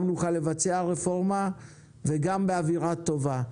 גם נוכל לבצע רפורמה וגם באווירה טובה.